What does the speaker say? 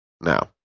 Now